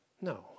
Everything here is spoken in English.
No